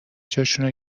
جاشو